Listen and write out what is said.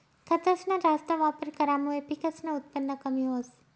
खतसना जास्त वापर करामुये पिकसनं उत्पन कमी व्हस